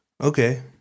Okay